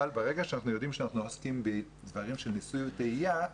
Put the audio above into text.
אבל ברגע שאנחנו יודעים שאנחנו עוסקים בדברים של ניסוי וטעייה,